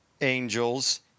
angels